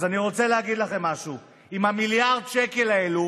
אז אני רוצה להגיד לך משהו: עם מיליארד השקלים האלו